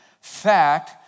Fact